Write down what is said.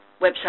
website